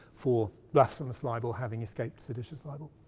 for blasphemous libel having escaped seditious libel.